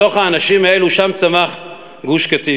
מתוך האנשים האלה שם צמח גוש-קטיף.